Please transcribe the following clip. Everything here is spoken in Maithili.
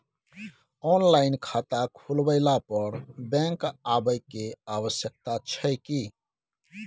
ऑनलाइन खाता खुलवैला पर बैंक आबै के आवश्यकता छै की?